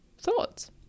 thoughts